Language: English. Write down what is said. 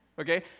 Okay